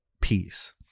peace